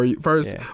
First